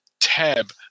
tab